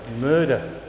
murder